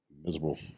miserable